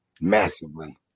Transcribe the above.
Massively